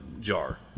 jar